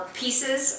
pieces